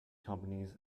companies